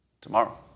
tomorrow